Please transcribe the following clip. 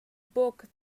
book